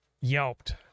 yelped